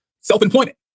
self-employment